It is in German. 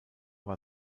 war